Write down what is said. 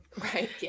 right